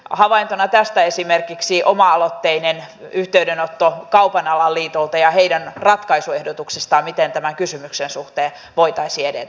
havaintona tästä on esimerkiksi oma aloitteinen yhteydenotto kaupan alan liitolta ja heidän ratkaisuehdotuksestaan miten tämän kysymyksen suhteen voitaisiin edetä